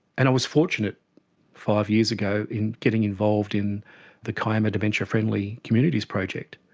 and i was fortunate five years ago in getting involved in the kiama dementia friendly communities project.